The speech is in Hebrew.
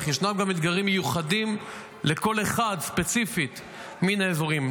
אך ישנם גם אתגרים מיוחדים לכל אחד מן האזורים ספציפית.